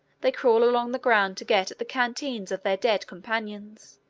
they crawl along the ground to get at the canteens of their dead companions,